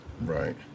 Right